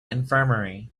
infirmary